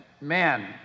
man